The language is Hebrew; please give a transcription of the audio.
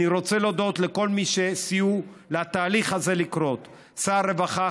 אני רוצה להודות לכל מי שסייעו לתהליך הזה לקרות: שר הרווחה,